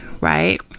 right